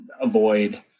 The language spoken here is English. avoid